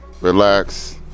Relax